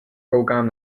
koukám